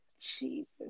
Jesus